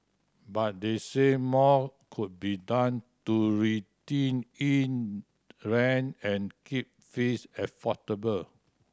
but they say more could be done to rein in rent and keep fees affordable